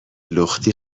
لختی